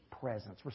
presence